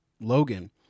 Logan